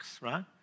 right